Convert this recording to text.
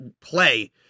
play